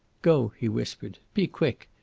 go! he whispered. be quick,